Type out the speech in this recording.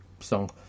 Song